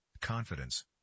Confidence